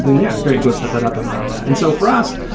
yeah, great. go set that up and run that. and so for us,